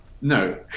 No